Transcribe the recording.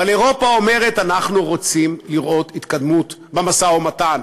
אבל אירופה אומרת: אנחנו רוצים לראות התקדמות במשא-ומתן.